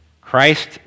Christ